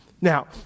Now